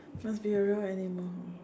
must be a real animal hor